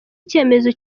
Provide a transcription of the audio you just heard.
icyemezo